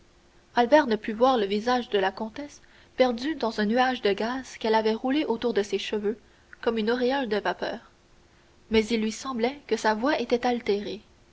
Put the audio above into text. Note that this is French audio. albert ne put voir le visage de la comtesse perdu dans un nuage de gaze qu'elle avait roulée autour de ses cheveux comme une auréole de vapeur mais il lui sembla que sa voix était altérée